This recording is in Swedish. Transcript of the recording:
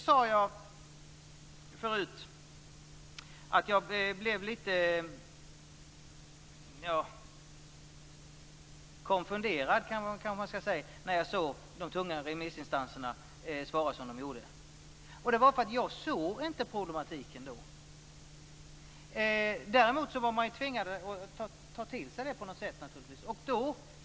Jag sade tidigare att jag blev lite konfunderad när jag såg att de tunga remissinstanserna svarade så som de gjorde. Då såg jag inte problematiken, men sedan tvingades jag naturligtvis att ta den till mig.